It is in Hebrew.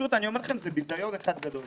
אני אומר לכם שזה ביזיון גדול.